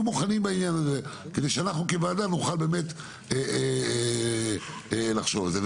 מוכנים וכדי שאנחנו כוועדה נוכל באמת לחשוב על זה.